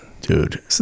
Dude